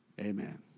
Amen